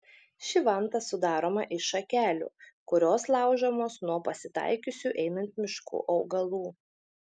ši vanta sudaroma iš šakelių kurios laužomos nuo pasitaikiusių einant mišku augalų